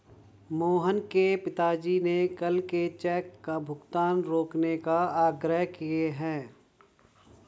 मोहन के पिताजी ने कल के चेक का भुगतान रोकने का आग्रह किए हैं